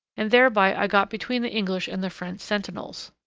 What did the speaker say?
and thereby i got between the english and the french centinels.